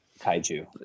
kaiju